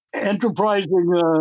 enterprising